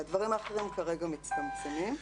והדברים האחרים כרגע מצטמצמים.